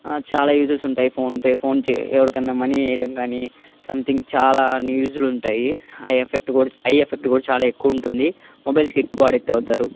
చాలా యూజెస్ ఉంటాయి PhonePe phone చే ఎవడికన్నా మనీ వేయటం కానీ సమ్థింగ్ చాలా అన్ని యూజులుంటాయి ఐ ఎఫెక్ట్ కూడా ఐ ఎఫెక్ట్ కూడా చాలా ఎక్కువుంటుంది మొబైల్స్కి ఎక్కువ అడిక్ట్ అవుతారు